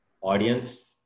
audience